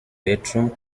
bedroom